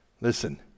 Listen